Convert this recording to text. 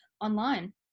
online